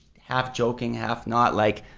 half joking half not like,